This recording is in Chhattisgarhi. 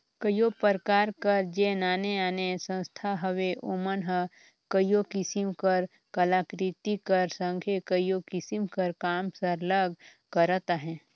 कइयो परकार कर जेन आने आने संस्था हवें ओमन हर कइयो किसिम कर कलाकृति कर संघे कइयो किसिम कर काम सरलग करत अहें